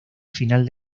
final